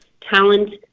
talent